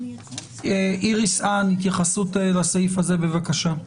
איריס האן, התייחסות לסעיף הזה, בבקשה.